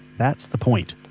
that's the point.